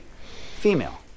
female